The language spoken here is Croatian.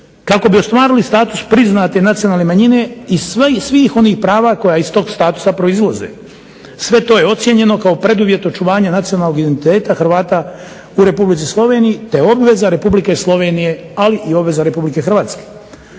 kako bi ostvarili status priznate nacionalne manjine i svih onih prava koja iz tog statusa proizlaze. Sve to je ocijenjeno kao preduvjet očuvanja nacionalnog identiteta Hrvata u Republici Sloveniji te obveza Republike Slovenije, ali i obveza Republike Hrvatske.